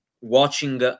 watching